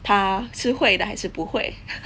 她是会的还是不会